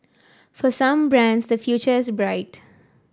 for some brands the future is bright